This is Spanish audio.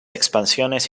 expansiones